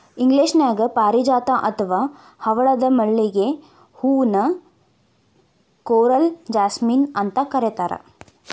ಇಂಗ್ಲೇಷನ್ಯಾಗ ಪಾರಿಜಾತ ಅತ್ವಾ ಹವಳದ ಮಲ್ಲಿಗೆ ಹೂ ನ ಕೋರಲ್ ಜಾಸ್ಮಿನ್ ಅಂತ ಕರೇತಾರ